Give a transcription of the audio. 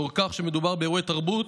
לאור העובדה שמדובר באירועי תרבות,